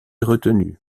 retenu